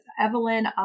Evelyn